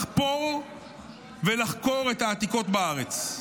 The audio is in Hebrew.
לחפור ולחקור את העתיקות בארץ.